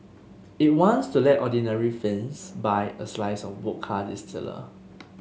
it wants to let ordinary Finns buy a slice of vodka distiller